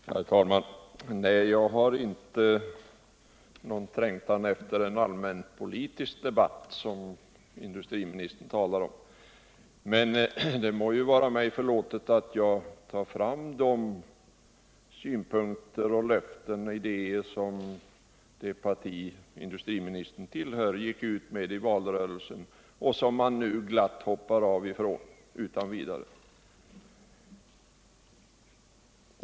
Herr talman! Nej, jag har inte någon trängtan efter en allmänpolitisk debatt, som industriministern säger. Men det må vara mig förlåtet att jag åberopar de synpunkter, löften och idéer som det parti industriministern tillhör gick ut med i valrörelsen och som man nu glatt överger utan vidare.